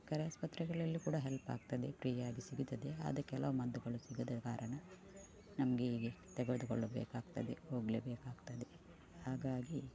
ಸರ್ಕಾರಿ ಆಸ್ಪತ್ರೆಗಳಲ್ಲೂ ಕೂಡ ಹೆಲ್ಪಾಗ್ತದೆ ಪ್ರೀಯಾಗಿ ಸಿಗುತ್ತದೆ ಆದರೆ ಕೆಲವು ಮದ್ದುಗಳು ಸಿಗದ ಕಾರಣ ನಮಗೆ ಹೀಗೆ ತೆಗೆದುಕೊಳ್ಳಬೇಕಾಗ್ತದೆ ಹೋಗಲೇಬೇಕಾಗ್ತದೆ ಹಾಗಾಗಿ